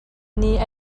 nih